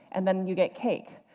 and then you get cake.